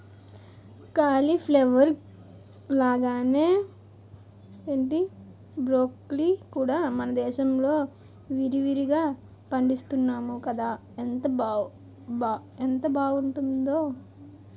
cauliflower లాగానే broccoli కూడా మనదేశంలో విరివిరిగా పండిస్తున్నాము కదా ఎంత బావుంటుందో